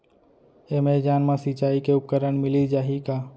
Amazon मा सिंचाई के उपकरण मिलिस जाही का?